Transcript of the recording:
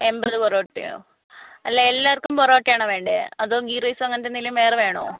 എൺപത് പൊറോട്ടയോ അല്ല എല്ലാവർക്കും പൊറോട്ടയാണോ വേണ്ടത് അതോ ഗീ റൈസോ അങ്ങനത്തെ എന്തെങ്കിലും വേറെ വേണമോ